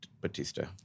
Batista